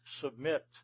submit